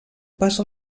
pas